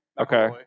Okay